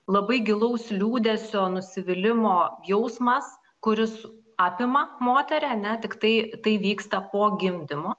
labai gilaus liūdesio nusivylimo jausmas kuris apima moterį ane tiktai tai vyksta po gimdymo